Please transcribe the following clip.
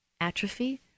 atrophy